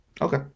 Okay